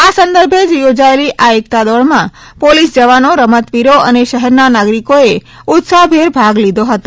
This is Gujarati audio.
આ સંદર્ભેજ યોજાયેલી આ એકતા દોડમાં પોલીસ જવાનો રમતવિરો અને શહેરના નાગરિકોએ ઉત્સાહભેર ભાગ લીધો હતો